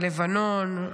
בלבנון,